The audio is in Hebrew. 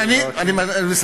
ואני, תודה.